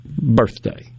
birthday